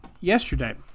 yesterday